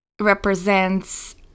represents